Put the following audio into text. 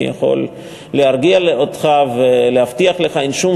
אני יכול להרגיע אותך ולהבטיח לך שאין שום